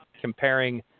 comparing